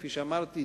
כמו שאמרתי,